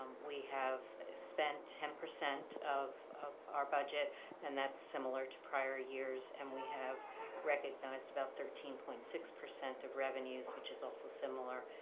um we have spent ten percent of of our budget and that's similar to prior years. and we have recognized about thirteen point six of revenues, which is also similar.